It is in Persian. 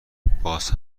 باز